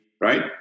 right